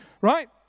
Right